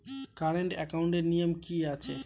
Current একাউন্টের নিয়ম কী আছে?